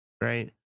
right